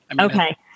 Okay